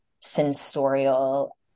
sensorial